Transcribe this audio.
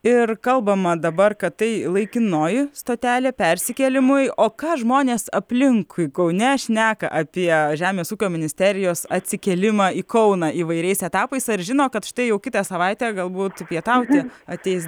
ir kalbama dabar kad tai laikinoji stotelė persikėlimui o ką žmonės aplinkui kaune šneka apie žemės ūkio ministerijos atsikėlimą į kauną įvairiais etapais ar žino kad štai jau kitą savaitę galbūt pietauti ateis